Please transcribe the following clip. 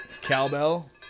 Cowbell